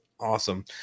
Awesome